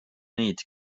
neid